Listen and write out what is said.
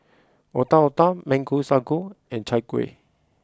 Otak Otak Mango Sago and Chai Kuih